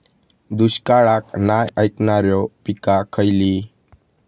दुष्काळाक नाय ऐकणार्यो पीका खयली?